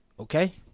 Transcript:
Okay